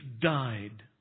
died